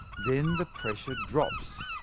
then the pressure drops.